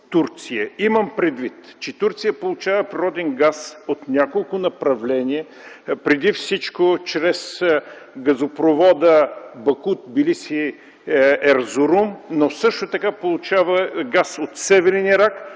Турция получава природен газ от няколко направления, преди всичко чрез газопровода „Баку-Тбилиси-Ерзурум”, но също така получава газ от северен Ирак,